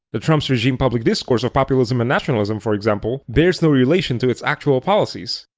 the trump so regime's public discourse of populism and nationalism, for example, bears no relation to its actual policies.